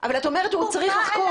הוא --- אבל את אומרת שהוא צריך לחקור.